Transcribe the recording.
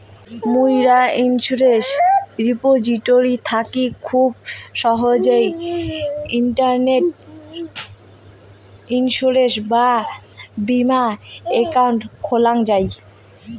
মুইরা insurance repository থাকি খুব সহজেই ইন্টারনেটে ইন্সুরেন্স বা বীমা একাউন্ট খোলাং যাই